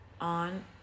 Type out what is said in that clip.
on